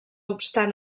obstant